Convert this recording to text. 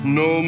no